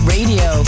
Radio